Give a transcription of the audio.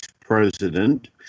president